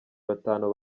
batanu